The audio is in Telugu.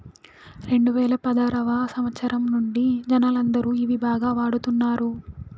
రెండువేల పదారవ సంవచ్చరం నుండి జనాలందరూ ఇవి బాగా వాడుతున్నారు